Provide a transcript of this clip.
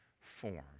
form